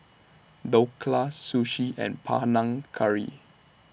Dhokla Sushi and Panang Curry